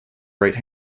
right